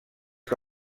que